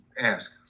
ask